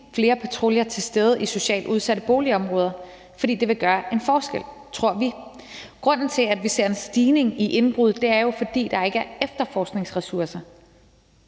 flere patruljer til stede i socialt udsatte boligområder, for det vil gøre en forskel, tror vi. Grunden til, at vi ser en stigning i indbrud, er, at der ikke er efterforskningsressourcer.